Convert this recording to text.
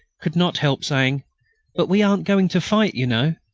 could not help saying but we aren't going to fight, you know.